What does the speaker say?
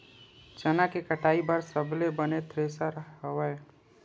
चना के कटाई बर सबले बने थ्रेसर हवय?